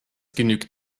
genügt